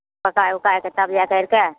पकाए उकाएके तब जाए कैरिके